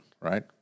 right